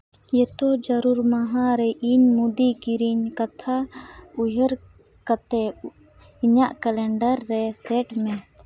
ᱡᱚᱛᱚ ᱡᱟᱹᱨᱩᱨ ᱢᱟᱦᱟ ᱨᱮ ᱤᱧ ᱢᱩᱛᱤ ᱠᱤᱨᱤᱧ ᱠᱟᱛᱷᱟ ᱩᱭᱦᱟᱹᱨ ᱠᱟᱛᱮᱫ ᱤᱧᱟᱹᱜ ᱠᱮᱞᱮᱱᱰᱟᱨ ᱨᱮ ᱥᱮᱹᱴ ᱢᱮ